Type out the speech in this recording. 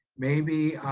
maybe